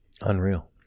Unreal